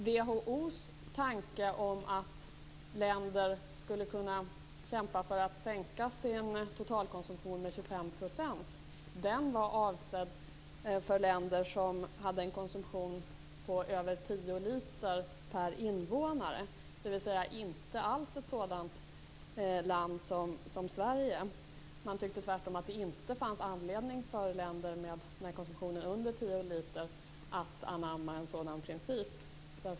WHO:s tanke om att länder skulle kunna kämpa för att sänka sin totalkonsumtion med 25 % var avsedd för länder som hade en alkoholkonsumtion på över tio liter per invånare, dvs. inte alls ett sådant land som Sverige. Man tyckte tvärtom att det inte fanns anledning för länder med en konsumtion på under tio liter per invånare att anamma en sådan princip.